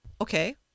okay